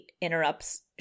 interrupts